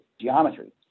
geometry